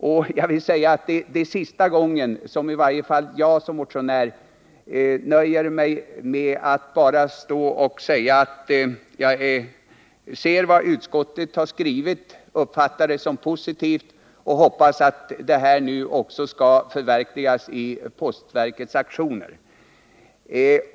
Och jag vill säga att det är sista gången som i varje fall jag som motionär nöjer mig med att bara stå och säga att jag ser vad utskottet skrivit, uppfattar det som positivt och hoppas att detta också skall förverkligas i postverkets aktioner.